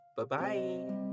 Bye-bye